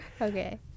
Okay